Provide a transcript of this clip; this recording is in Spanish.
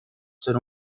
ser